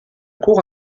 cour